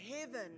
heaven